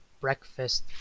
breakfast